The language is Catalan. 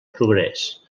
progrés